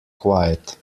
quiet